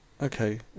okay